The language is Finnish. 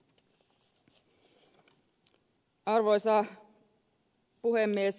arvoisa puhemies